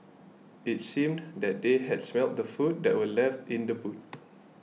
it seemed that they had smelt the food that were left in the boot